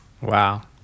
Wow